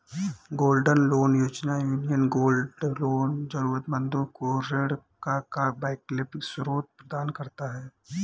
gold loan योजना, union gold loan जरूरतमंदों को ऋण का वैकल्पिक स्रोत प्रदान करता है